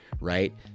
right